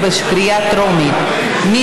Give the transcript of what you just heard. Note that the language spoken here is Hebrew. מה זה עושה.